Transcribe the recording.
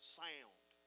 sound